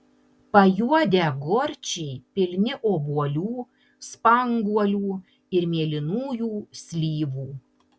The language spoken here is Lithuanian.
pajuodę gorčiai pilni obuolių spanguolių ir mėlynųjų slyvų